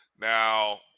Now